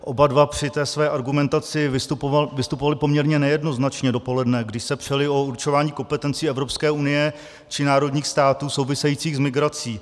Oba dva při té své argumentaci vystupovali poměrně nejednoznačně dopoledne, kdy se přeli o určování kompetencí Evropské unie či národních států souvisejících s migrací.